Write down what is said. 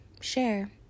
share